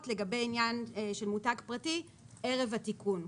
לגבי עניין של מותג פרטי ערב התיקון.